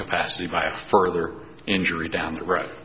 capacity by a further injury down the road